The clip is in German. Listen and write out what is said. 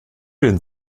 den